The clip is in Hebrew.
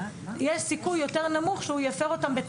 יש סיכוי יותר נמוך שהוא יפר אותם.